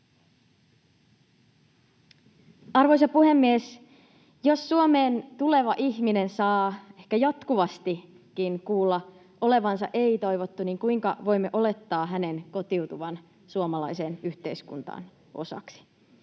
Arvoisa puhemies! Jos Suomeen tuleva ihminen saa ehkä jatkuvastikin kuulla olevansa ei-toivottu, niin kuinka voimme olettaa hänen kotiutuvan osaksi suomalaista yhteiskuntaa?